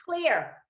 clear